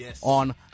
on